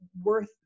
worth